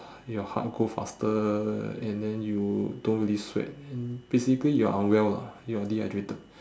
your heart go faster and then you don't really sweat and basically you're unwell lah you're dehydrated